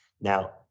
Now